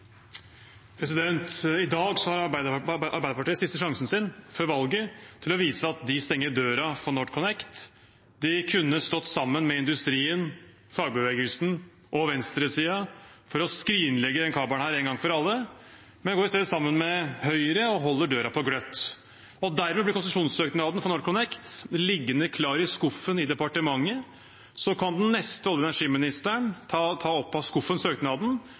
Norge. I dag har Arbeiderpartiet en siste sjanse før valget til å vise at de stenger døra for NorthConnect. De kunne stått sammen med industrien, fagbevegelsen og venstresiden for å skrinlegge denne kabelen en gang for alle, men går i stedet sammen med Høyre og holder døra på gløtt. Dermed blir konsesjonssøknaden fra NorthConnect liggende klar i skuffen i departementet, og så kan den neste olje- og energiministeren ta søknaden opp av skuffen